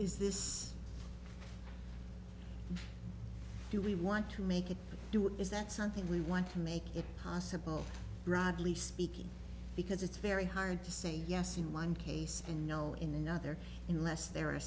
is this do we want to make it do what is that something we want to make it possible broadly speaking because it's very hard to say yes in one case and no in another unless there a